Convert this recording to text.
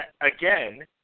again –